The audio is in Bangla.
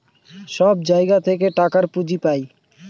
সব জায়গা থেকে টাকার পুঁজি পাই